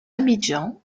abidjan